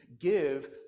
give